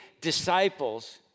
disciples